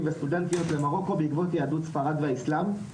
וסטודנטיות למרוקו בעקבות יהדות ספרד והאסלם,